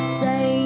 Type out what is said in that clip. say